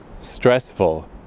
stressful